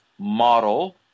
model